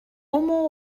aumont